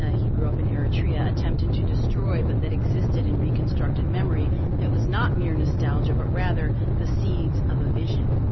ah he grew up in eritrea, attempted to destroy, but that existed in reconstructed memory that was not mere nostalgia, but rather the seeds of a vision.